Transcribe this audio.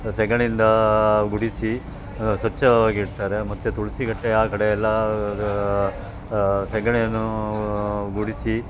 ಸಗಣಿಯಿಂದ ಗುಡಿಸಿ ಸ್ವಚ್ಛವಾಗಿಡ್ತಾರೆ ಮತ್ತು ತುಳಸಿ ಕಟ್ಟೆ ಆ ಕಡೆಯೆಲ್ಲ ಸಗಣಿಯನ್ನು ಗುಡಿಸಿ